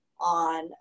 on